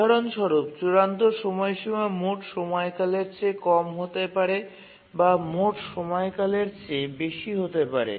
উদাহরণস্বরূপ চূড়ান্ত সময়সীমা মোট সময়কালের চেয়ে কম হতে পারে বা মোট সময়কালের চেয়ে বেশি হতে পারে